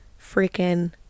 freaking